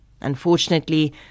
unfortunately